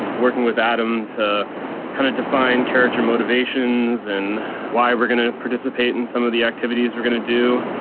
working with adam to kind of define character motivations and why we're gonna participate in some of the activities we're gonna do,